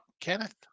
Kenneth